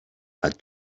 had